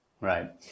right